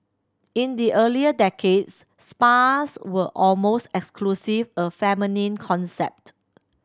in the earlier decades spas were almost exclusive a feminine concept